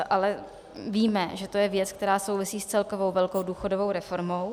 Ale víme, že to je věc, která souvisí s celkovou velkou důchodovou reformou.